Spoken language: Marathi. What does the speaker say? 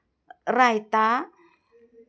रायता